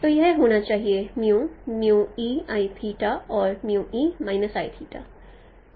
तो यह होना चाहिए और